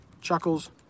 chuckles